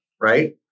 Right